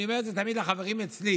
אני אומר את זה תמיד לחברים אצלי.